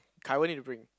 Kai-Wen need to bring